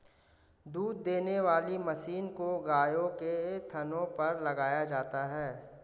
दूध देने वाली मशीन को गायों के थनों पर लगाया जाता है